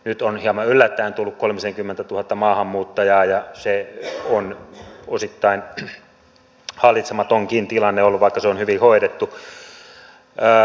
nyt on hieman yllättäen tullut kolmisenkymmentätuhatta maahanmuuttajaa ja se on osittain hallitsematonkin tilanne ollut vaikka se on hyvin hoidettu